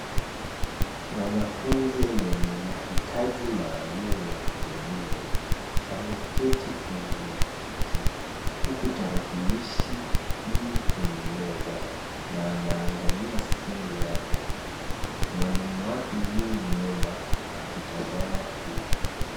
Mwanafunzi mwenye mahitaji maalum ya kielimu, ameketi kwenye kiti, huku talakilishi ii kwenye meza, na anaangalia skrini yake. Mwalimu wake yu nyuma akitazama pia.